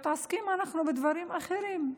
אנחנו מתעסקים בדברים דברים אחרים.